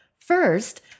first